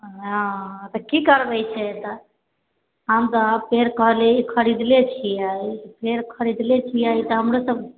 हँ तऽ की करबै से तऽ हम तऽ पेड़ कहल खरीदले छियै पेड़ खरीदले छियै तऽ हमरो सब